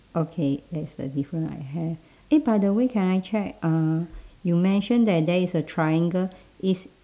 okay that's a difference I have eh by the way can I check uh you mention that there is a triangle is